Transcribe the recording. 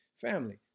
Family